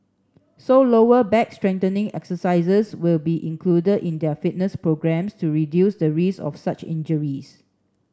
so lower back strengthening exercises will be included in their fitness programmes to reduce the risk of such injuries